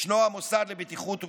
ישנו המוסד לבטיחות וגהות,